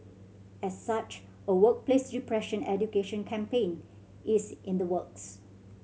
as such a workplace depression education campaign is in the works